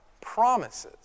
promises